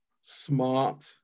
smart